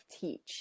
teach